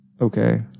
Okay